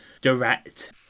direct